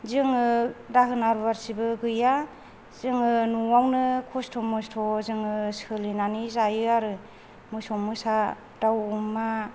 जोङो दाहोना रुवाथिबो गैया जोङो न'वावनो खसथ' मसथ' जोङो सोलिनानै जायो आरो मोसौ मोसा दाउ अमा